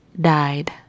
died